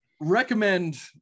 recommend